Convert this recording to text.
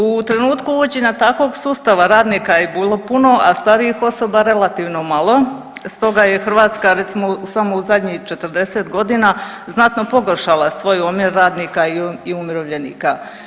U trenutku uvođenja takvog sustava radnika je bilo puno, a starijih osoba relativno malo stoga je Hrvatska, recimo, samo u zadnjih 40 godina znatno pogoršala svoj omjer radnika i umirovljenika.